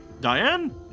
Diane